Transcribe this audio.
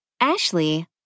Ashley